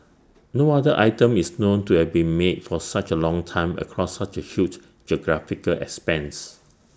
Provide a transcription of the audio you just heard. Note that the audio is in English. no other item is known to have been made for such A long time across such A huge geographical expanse